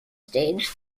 stage